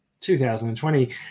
2020